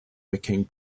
making